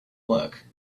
work